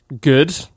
Good